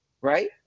right